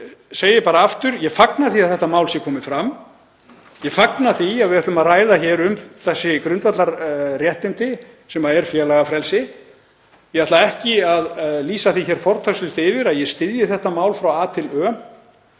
grundvallarviðmið. Ég fagna því að þetta mál sé komið fram. Ég fagna því að við ætlum að ræða um þessi grundvallarréttindi sem eru félagafrelsi. Ég ætla ekki að lýsa því fortakslaust yfir að ég styðji þetta mál frá A til Ö